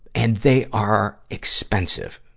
and they are expensive,